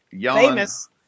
Famous